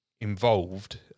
involved